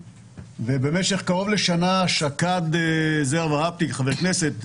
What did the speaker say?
ובמשך קרוב לשנה שקד חבר הכנסת זרח ורהפטיג,